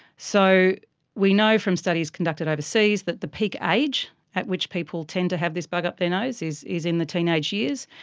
so we know from studies conducted overseas that the peak age at which people tend to have this bug up the nose is is in the teenage years.